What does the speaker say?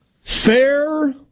Fair